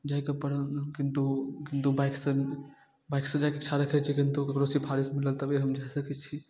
जाइके परम किन्तु किन्तु बाइकसँ बाइकसँ जाइके इच्छा रखै छी किन्तु ककरो सिफारिश मिलल तबे हम जा सकै छी